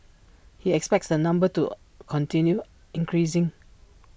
he expects the number to continue increasing